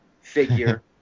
figure